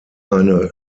eine